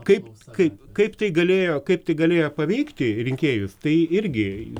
kaip kaip kaip tai galėjo kaip tik galėjo paveikti rinkėjus tai irgi